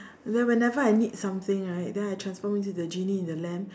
then whenever I need something right then I transform into the genie in the lamp